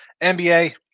NBA